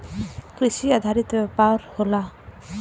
कृषि आधारित व्यापार होला